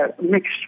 mixed